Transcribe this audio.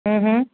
હમ્મ હમ્મ